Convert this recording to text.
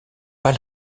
pas